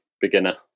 beginner